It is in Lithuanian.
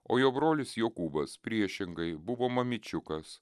o jo brolis jokūbas priešingai buvo mamyčiukas